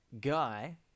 guy